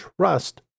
trust